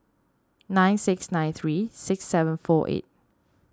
nine six nine three six seven four eight